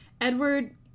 Edward